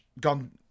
gone